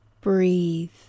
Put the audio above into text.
breathe